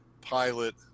pilot